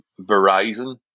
Verizon